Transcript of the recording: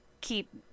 keep